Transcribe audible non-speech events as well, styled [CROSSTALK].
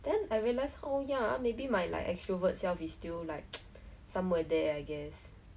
待在家里看电视了那种 [NOISE] !hais! like I wish I'm on the bed all day